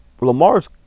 Lamar's